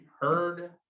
heard